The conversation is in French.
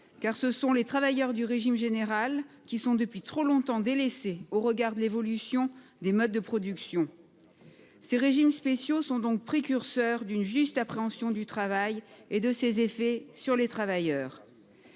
régimes, les travailleurs du régime général étant depuis trop longtemps délaissés au regard de l'évolution des modes de production. Ces régimes spéciaux sont donc des précurseurs en ce qu'ils appréhendent plus justement le travail et ses effets sur les travailleurs.